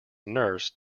nurse